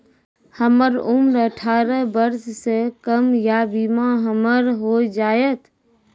हमर उम्र अठारह वर्ष से कम या बीमा हमर हो जायत?